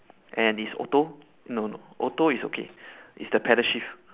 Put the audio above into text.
and it's auto no no auto it's okay it's the pedal shift